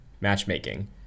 matchmaking